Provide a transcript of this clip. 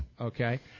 Okay